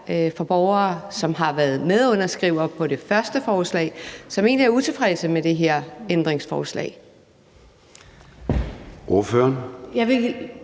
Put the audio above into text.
fra borgere, som har været medunderskrivere på det første forslag, og som egentlig er utilfredse med det her ændringsforslag?